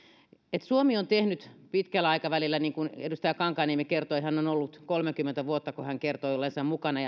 että suomi on tehnyt pitkällä aikavälillä niin kuin edustaja kankaanniemi kertoi olleensa kolmekymmentä vuotta mukana